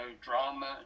drama